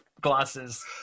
glasses